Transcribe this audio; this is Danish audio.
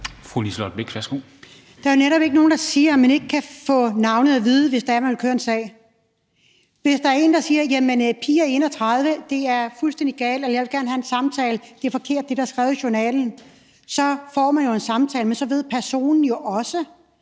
Der er netop ikke nogen, der siger, at man ikke kan få navnet at vide, hvis det er, man vil køre en sag. Hvis der er en, der siger, at det er fuldstændig galt med Pia 31, og at man gerne vil have en samtale, fordi det er forkert, hvad der er skrevet i journalen, så får man jo en samtale, men så ved personen jo også,